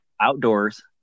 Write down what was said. outdoors